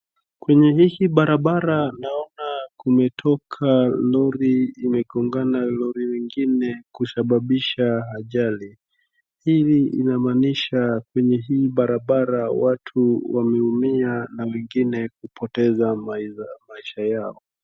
Kwenye hii barabara naona kumetoka lori imegongana na lori ingine kusababisha ajali, hii inamaanisha kwenye hii barabara watu wameumia na wengine kupotesha maisha yao.